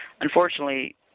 unfortunately